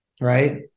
Right